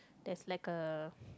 that's like a